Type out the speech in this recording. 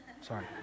Sorry